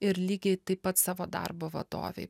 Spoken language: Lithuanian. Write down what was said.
ir lygiai taip pat savo darbo vadovei